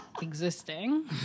existing